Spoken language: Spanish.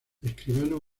escribano